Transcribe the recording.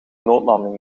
noodlanding